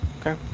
Okay